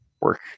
work